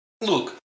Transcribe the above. Look